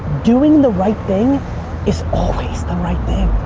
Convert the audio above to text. doing the right thing is always the right thing.